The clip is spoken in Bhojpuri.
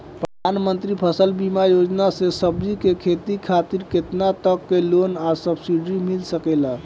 प्रधानमंत्री फसल बीमा योजना से सब्जी के खेती खातिर केतना तक के लोन आ सब्सिडी मिल सकेला?